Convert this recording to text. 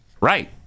Right